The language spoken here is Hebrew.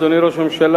אדוני ראש הממשלה,